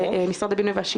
המשרדים.